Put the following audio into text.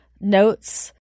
notes